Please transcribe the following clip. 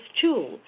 tool